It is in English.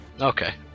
Okay